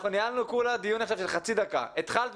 ניהלנו עכשיו דיון של חצי דקה.